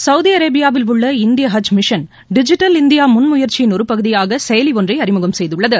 Saudi அரேபியாவில் உள்ள இந்திய ஹஜ் மிஷன் டிஜிட்டல் இந்தியா முன் முயற்சியின் ஒரு பகுதியாக செயலி ஒன்றை அறிமுகம் செய்துள்ளது